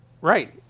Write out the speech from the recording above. Right